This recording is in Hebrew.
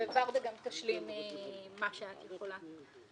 וורדה גם תשלים ממה שאת יכולה.